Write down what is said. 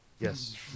Yes